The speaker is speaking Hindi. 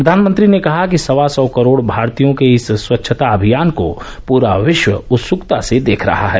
प्रधानमंत्री ने कहा कि सवा सौ करोड़ भारतीयों के इस स्वच्छता अभियान को पूरा विश्व उत्सुकता से देख रहा है